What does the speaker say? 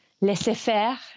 laissez-faire